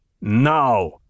Now